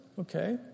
okay